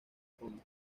fondos